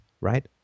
Right